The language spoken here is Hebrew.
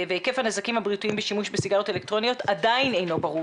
היקף הנזקים הבריאותיים בשימוש בסיגריות אלקטרוניות עדיין אינו ברור